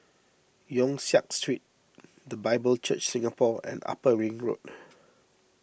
Yong Siak Street the Bible Church Singapore and Upper Ring Road